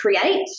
create